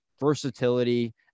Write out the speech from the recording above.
versatility